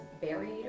buried